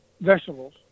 vegetables